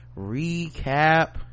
recap